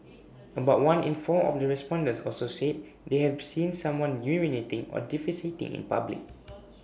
about one in four of the respondents also said they have seen someone urinating or defecating in public